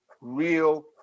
real